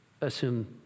assume